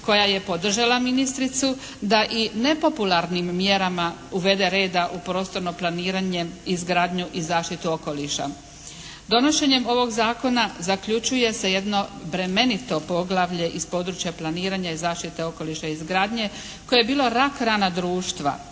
koja je podržala ministricu da i nepopularnim mjerama uvede reda u prostorno planiranje i izgradnju i zaštitu okoliša. Donošenjem ovog zakona zaključuje se jedno bremenito poglavlje iz područja planiranja i zaštite okoliša i izgradnje, koje je bilo rak-rana društva